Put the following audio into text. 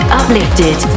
uplifted